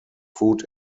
food